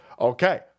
Okay